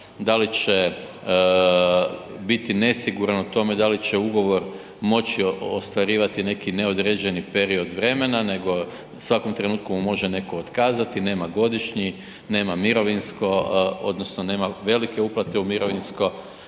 da li će biti nesiguran u tome da li će ugovor moći ostvarivati neki neodređeni period vremena, nego u svakom trenutku može netko otkazati, nema godišnji, nema mirovinsko odnosno nema velike uplate u mirovinsko